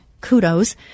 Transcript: kudos